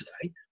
today